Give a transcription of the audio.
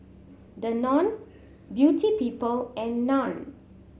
Danone Beauty People and Nan